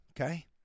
okay